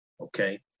okay